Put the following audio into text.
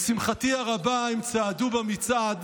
לשמחתי הרבה הם צעדו במצעד